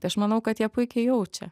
tai aš manau kad jie puikiai jaučia